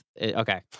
Okay